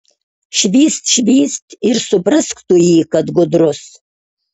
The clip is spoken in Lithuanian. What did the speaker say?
švyst švyst ir suprask tu jį kad gudrus